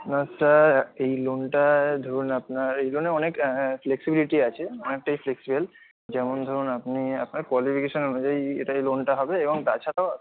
না স্যার এই লোনটা ধরুন আপনার এই লোনে অনেক ফ্লেক্সিবিলিটি আছে অনেকটাই ফ্লেক্সিবেল যেমন ধরুন আপনি আপনার কোয়ালিফিকেসান অনুযায়ী এটার এই লোনটা হবে এবং তাছাড়াও